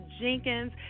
Jenkins